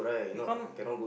become